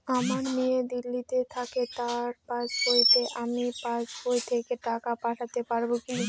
আমার মেয়ে দিল্লীতে থাকে তার পাসবইতে আমি পাসবই থেকে টাকা পাঠাতে পারব কি?